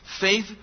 Faith